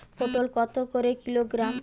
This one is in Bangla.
পটল কত করে কিলোগ্রাম?